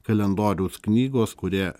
kalendoriaus knygos kurie